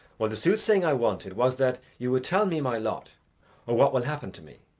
well, the soothsaying i wanted was that you would tell me my lot or what will happen to me,